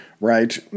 right